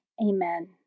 Amen